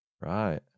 Right